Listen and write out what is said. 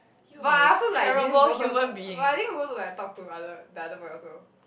but I also like didn't go to talk but I didn't go to like talk to the other the other boy also